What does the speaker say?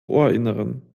ohrinneren